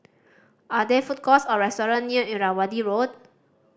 are there food courts or restaurant near Irrawaddy Road